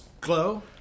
glow